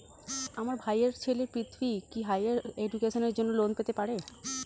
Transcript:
আমার ভাইয়ের ছেলে পৃথ্বী, কি হাইয়ার এডুকেশনের জন্য লোন পেতে পারে?